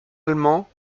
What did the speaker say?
allemand